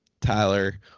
Tyler